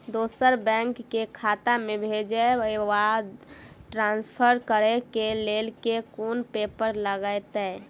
दोसर बैंक केँ खाता मे भेजय वा ट्रान्सफर करै केँ लेल केँ कुन पेपर लागतै?